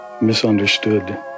misunderstood